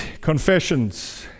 confessions